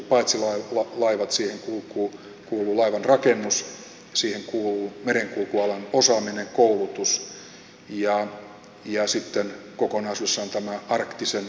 siihen kuuluvat paitsi laivat myös laivanrakennus merenkulkualan osaaminen koulutus ja sitten kokonaisuudessaan arktisen yhteistyön mahdollisuudet